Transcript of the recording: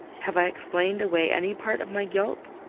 have i explained away any part of my guilt?